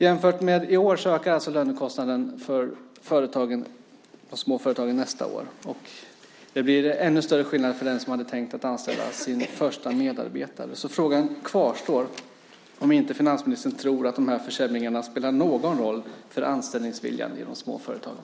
Jämfört med i år ökar alltså lönekostnaden för småföretagen nästa år. Och det blir ännu större skillnader för den som hade tänkt anställa sin första medarbetare. Min fråga kvarstår om finansministern inte tror att dessa försämringar spelar någon roll för anställningsviljan i de små företagen.